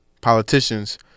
politicians